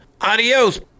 Adios